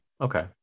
Okay